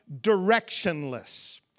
directionless